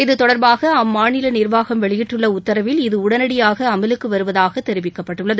இதுதொடர்பாக அம்மாநில நிர்வாகம் வெளியிட்டுள்ள உத்தரவில் இது உடனடியாக அமலுக்கு வருவதாக தெரிவிக்கப்பட்டுள்ளது